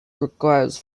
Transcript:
requires